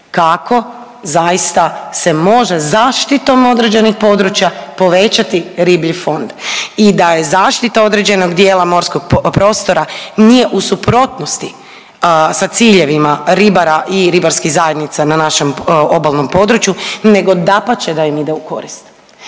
kao zaista se može zaštitom određenih područja povećati riblji fond. I da je zaštita određenog djela morskog prostora nije u suprotnosti sa ciljevima ribara i ribarskih zajednica na našem obalnom području nego dapače da im ide u koristi.